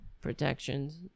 protections